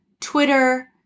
Twitter